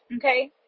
Okay